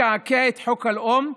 לקעקע את חוק הלאום,